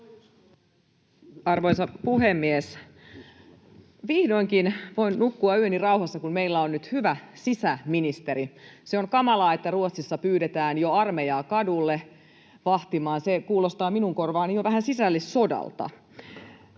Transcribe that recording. Arvoisa puhemies! Vihdoinkin voin nukkua yöni rauhassa, kun meillä on nyt hyvä sisäministeri. On kamalaa, että Ruotsissa pyydetään jo armeijaa kadulle vahtimaan. Se kuulostaa minun korvaani jo vähän sisällissodalta.